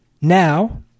now